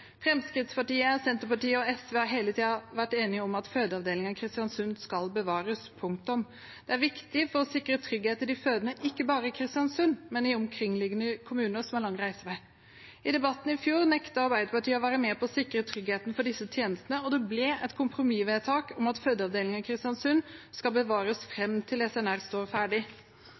Fremskrittspartiet, Senterpartiet og SV har hele tiden vært enige om at fødeavdelingen i Kristiansund skal bevares – punktum! Det er viktig for å sikre trygghet for de fødende, ikke bare i Kristiansund, men i omkringliggende kommuner som har lang reisevei. I debatten i fjor nektet Arbeiderpartiet å være med på å sikre tryggheten for disse tjenestene, og det ble et kompromissvedtak om at fødeavdelingen i Kristiansund skal bevares fram til SNR står ferdig.